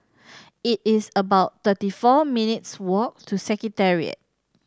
it is about thirty four minutes' walk to Secretariat